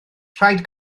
rhaid